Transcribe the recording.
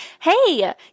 Hey